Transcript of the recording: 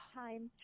time